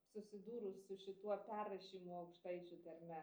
susidūrus su šituo perrašymu aukštaičių tarme